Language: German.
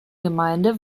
gemeinde